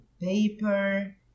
paper